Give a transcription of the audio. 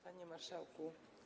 Panie Marszałku!